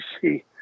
see